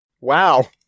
Wow